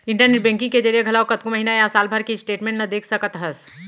internet banking के जरिए घलौक कतको महिना या साल भर के स्टेटमेंट ल देख सकत हस